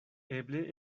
eble